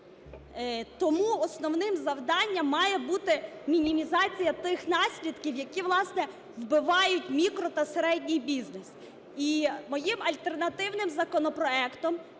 Тому основним завданням має бути мінімізація тих наслідків, які, власне, вбивають мікро та середній бізнес. І моїм альтернативним законопроектом